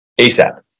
ASAP